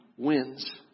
wins